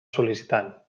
sol·licitant